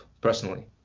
personally